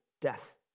death